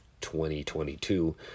2022